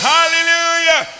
Hallelujah